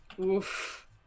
Oof